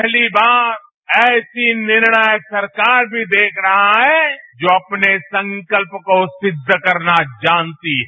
पहली बार ऐसी निर्णायक सरकार भी देख रहा है जो अपने संकल्प को सिद्ध करना जानती है